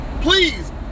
please